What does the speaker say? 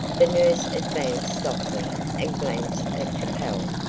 the nurse advanced softly, and glanced at capel,